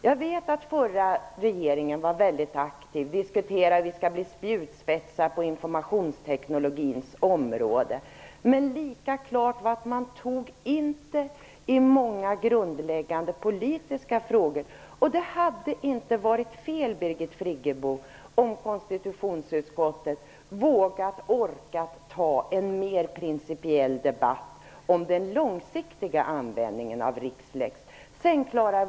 Jag vet att den förra regeringen var väldigt aktiv och diskuterade att man skulle vilja vara en spjutspets på informationsteknikens område. Men det var lika klart att man inte tog tag i grundläggande politiska frågor. Det hade inte varit fel, Birgit Friggebo, om konstitutionsutskottet hade vågat orka ta en mer principiell debatt om den långsiktiga användningen av Rixlex.